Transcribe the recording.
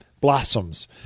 blossoms